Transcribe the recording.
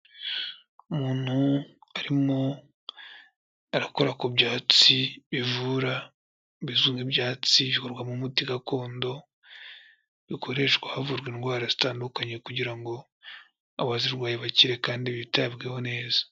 Umuntu arimo arakora ku byatsi bivura, bisa nk'ibyatsi bikorwamo umuti gakondo, bikoreshwa havurwa indwara zitandukanye kugira ngo abazirwaye bakire kandi bitabweho neza.